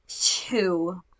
two